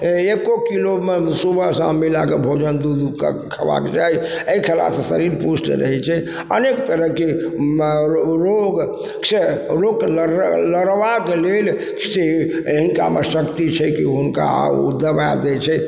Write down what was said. एक्को किलोमे सुबह शाम मिलाके भोजन दूधके खेबाके चाही ई खेलासँ शरीर पुष्ट रहय छै अनेक तरहके रोग से रोग लड़बाके लेल से हिनकामे शक्ति छै कि हुनका ओ दबाय दै छै